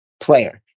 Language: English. player